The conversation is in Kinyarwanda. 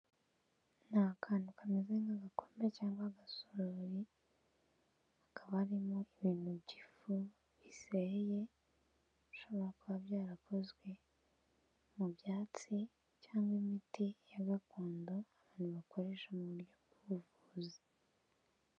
Ni akantu kameze nk'agakombe cyangwa agasorori, hakaba harimo ibintu by'ifu biseye bishobora kuba byarakozwe mu byatsi cyangwa imiti ya gakondo abantu bakoresha mu buryo bw'ubuvuzi.